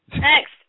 Next